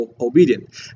obedient